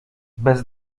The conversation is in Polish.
bez